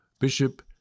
Bishop